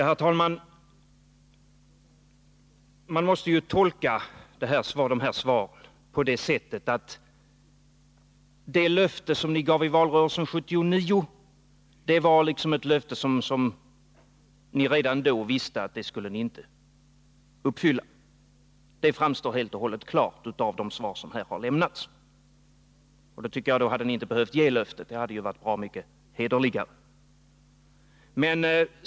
Herr talman! Man måste tolka dessa svar på det sättet att det löfte som ni gav i valrörelsen 1979 var ett löfte som ni från början visste att ni inte skulle kunna uppfylla. Det framstår som helt klart av de svar som här har lämnats. Mot den bakgrunden tycker jag att ni inte hade behövt ge det löftet. Det hade varit bra mycket hederligare.